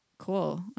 Cool